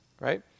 right